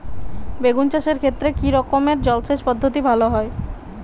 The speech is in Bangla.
বেগুন চাষের ক্ষেত্রে কি রকমের জলসেচ পদ্ধতি ভালো হয়?